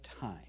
time